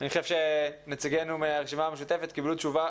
אני חושב שנציגינו מהרשימה המשותפת קיבלו תשובה